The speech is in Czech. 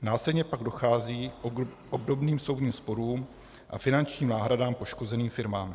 Následně pak dochází k obdobným soudním sporům a finančním náhradám poškozeným firmám.